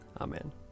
Amen